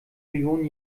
millionen